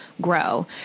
grow